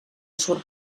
surt